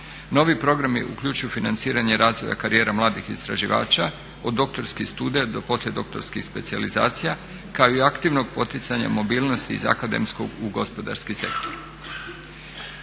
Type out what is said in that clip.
Novi programi uključuju financiranje razvoja karijera mladih istraživača od doktorskih studija do poslije doktorskih specijalizacija kao i aktivnog poticanja mobilnosti iz akademskog u gospodarski sektor.